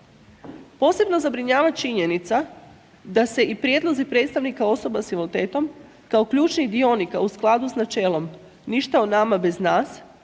Posebno zabrinjava činjenica da se i prijedlozi predstavnika osoba s invaliditetom, kao ključnih dionika u skladu s načelom ništa o nama bez nas,